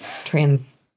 trans